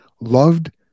loved